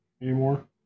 anymore